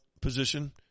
position